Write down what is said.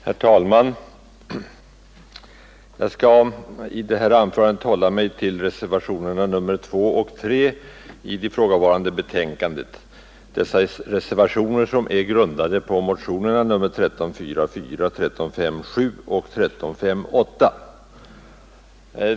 Herr talman! Jag skall i det här anförandet hålla mig till reservationerna 2 och 3 i förevarande betänkande, som är grundade på motionerna 1344, 1357 och 1358.